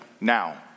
now